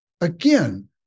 Again